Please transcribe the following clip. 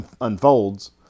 unfolds